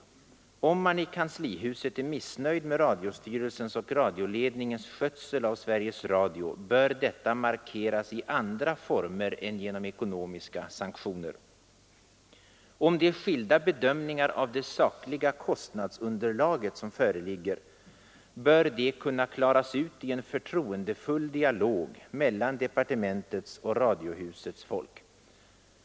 Om man i kanslihuset är missnöjd med radiostyrelsens och radioledningens skötsel av Sveriges Radio bör detta markeras i andra former än genom ekonomiska sanktioner. Om det är skilda bedömningar av det sakliga kostnadsunderlaget som föreligger, bör det kunna klaras ut i en förtroendefull dialog mellan departementets och radiohusets folk.